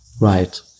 Right